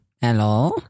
Hello